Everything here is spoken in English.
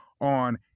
on